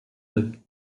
deux